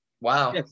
Wow